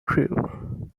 crew